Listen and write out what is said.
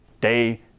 day